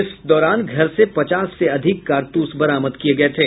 इस दौरान घर से पचास से अधिक कारतूस बरामद किये गये थे